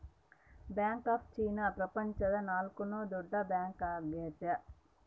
bank of China ಪ್ರಪಂಚದ ನಾಲ್ಕನೆ ದೊಡ್ಡ ಬ್ಯಾಂಕ್ ಆಗ್ಯದ